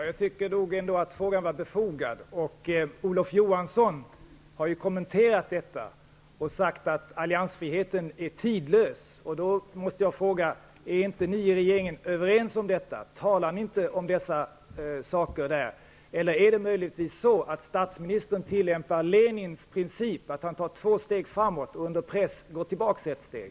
Fru talman! Jag tycker ändå att frågan var befogad. Olof Johansson har ju kommenterat detta och sagt att alliansfriheten är tidlös. Jag måste därför ställa följande fråga: Är ni i regeringen inte överens om detta? Talar ni inte om dessa saker? Är det möjligtvis på det sättet att statsministern tillämpar Lenins princip, nämligen att han tar två steg framåt och under press går tillbaka ett steg?